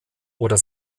oder